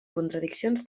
contradiccions